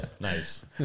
Nice